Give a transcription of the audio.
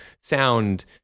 sound